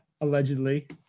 Allegedly